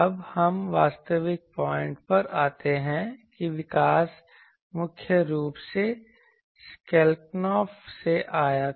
अब हम वास्तविक पॉइंट पर आते हैं कि विकास मुख्य रूप से स्केलकुंफ से आया था